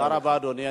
תודה רבה, אדוני.